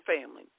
family